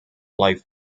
life